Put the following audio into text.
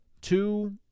two